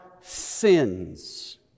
sins